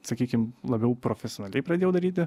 sakykim labiau profesionaliai pradėjau daryti